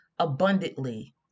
abundantly